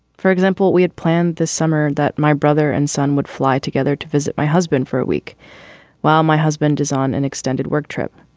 for example, we had planned this summer that my brother and son would fly together to visit my husband for a week while my husband is on an extended work trip.